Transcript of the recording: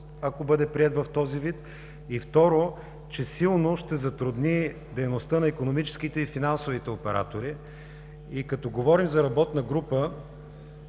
ако бъде приет в този вид? И, второ, че силно ще затрудни дейността на икономическите и финансовите оператори. И като говорим за работна група,